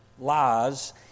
lies